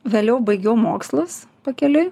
vėliau baigiau mokslus pakeliui